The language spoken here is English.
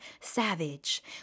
savage